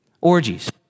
Orgies